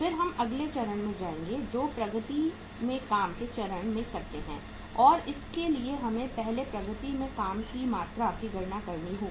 फिर हम अगले चरण में जाएंगे जो प्रगति में काम के चरण में करते हैं और इसके लिए हमें पहले प्रगति में काम की मात्रा की गणना करनी होगी